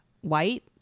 white